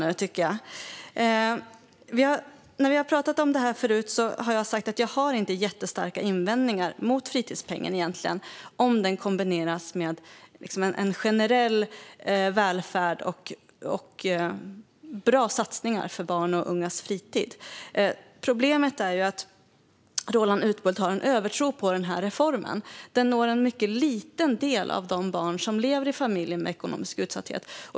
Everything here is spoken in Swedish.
När vi har talat om detta förut har jag sagt att jag egentligen inte har så starka invändningar mot fritidspengen, om den kombineras med en generell välfärd och bra satsningar på barns och ungas fritid. Problemet är att Roland Utbult har en övertro på denna reform. Den når en mycket liten del av de barn som lever i familjer i ekonomisk utsatthet.